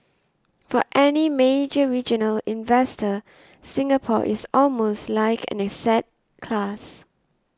for any major regional investor Singapore is almost like an asset class